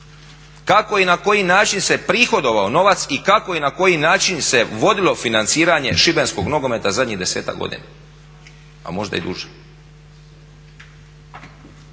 kako i na koji način se prihodovao novac i kako i na koji način se vodilo financiranje šibenskog nogometa zadnjih 10-ak godina a možda i duže,